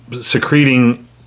secreting